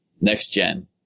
next-gen